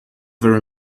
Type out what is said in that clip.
very